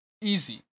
easy